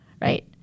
right